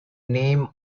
name